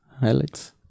highlights